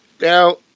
Now